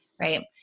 right